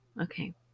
Okay